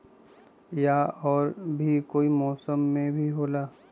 या और भी कोई मौसम मे भी होला?